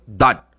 done